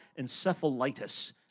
encephalitis